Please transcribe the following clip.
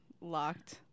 locked